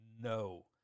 no